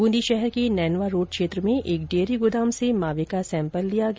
बूंदी शहर के नैनवां रोड क्षेत्र में एक डेयरी गोदाम से मावे का सैंपल लिया गया